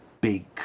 big